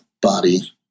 body